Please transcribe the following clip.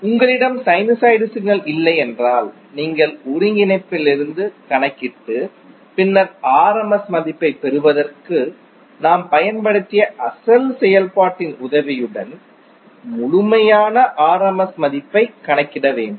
உங்களிடம் sinusoid signal இல்லையென்றால் நீங்கள் ஒருங்கிணைப்பிலிருந்து கணக்கிட்டு பின்னர் rms மதிப்பைப் பெறுவதற்கு நாம் பயன்படுத்திய அசல் செயல்பாட்டின் உதவியுடன் முழுமையான rms மதிப்பைக் கணக்கிட வேண்டும்